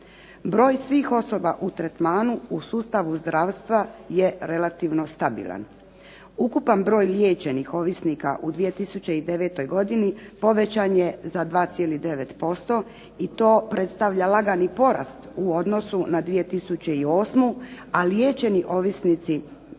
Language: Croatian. Broj svih osoba u tretmanu u sustavu zdravstva je relativno stabilan. Ukupan broj liječenih ovisnika u 2009. godini povećan je za 2,9% i to predstavlja lagani porast u odnosu na 2008., a liječeni ovisnici